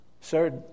sir